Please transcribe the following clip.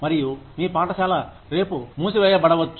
మరియు మీ పాఠశాల రేపు మూసివేయబడ్డవచ్చు